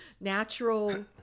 natural